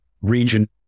region